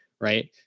right